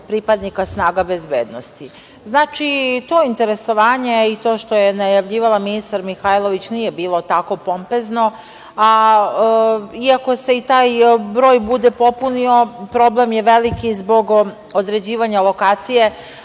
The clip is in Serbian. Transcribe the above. pripadnika snaga bezbednosti. Znači, to interesovanje i to što je najavljivala ministar Mihajlović, nije bilo tako pompezno, i ako se i taj broj bude popunio problem je veliki zbog određivanja lokacije